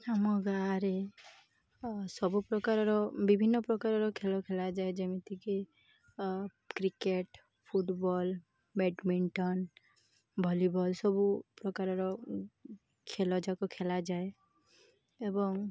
ଆମ ଗାଁରେ ସବୁ ପ୍ରକାରର ବିଭିନ୍ନ ପ୍ରକାରର ଖେଳ ଖେଳାଯାଏ ଯେମିତିକି କ୍ରିକେଟ୍ ଫୁଟବଲ୍ ବ୍ୟାଡ଼ମିଣ୍ଟନ୍ ଭଲିବଲ୍ ସବୁ ପ୍ରକାରର ଖେଳ ଯାକ ଖେଳାଯାଏ ଏବଂ